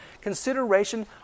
Consideration